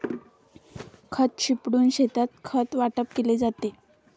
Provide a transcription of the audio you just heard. खत शिंपडून शेतात खत वाटप केले जाते